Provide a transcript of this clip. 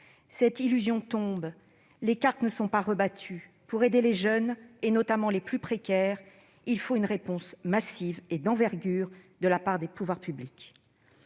cette illusion tombe, les cartes ne sont pas rebattues. Pour aide les jeunes, et notamment les plus précaires, il faut une réponse massive et d'envergure de la part des pouvoirs publics.